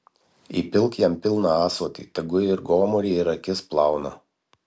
įpilk jam pilną ąsotį tegu ir gomurį ir akis plauna